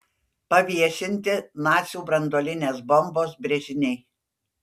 paviešinti nacių branduolinės bombos brėžiniai